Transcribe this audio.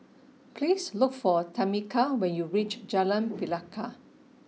please look for Tameka when you reach Jalan Pelikat